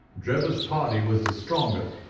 drebber's party was the stronger,